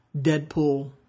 Deadpool